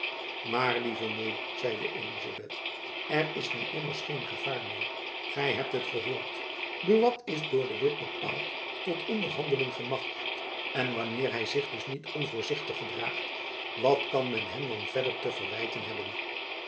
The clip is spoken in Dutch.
maar lieve moei zeide elizabeth er is nu immers geen gevaar meer gy hebt het gehoord buat is door de witt bepaald tot onderhandelen gemachtigd en wanneer hy zich dus niet onvoorzichtig gedraagt wat kan men hem dan verder te verwijten hebben